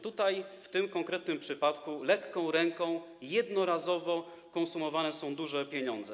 Tutaj, w tym konkretnym przypadku, lekką ręką jednorazowo konsumowane są duże pieniądze.